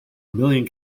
million